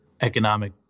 economic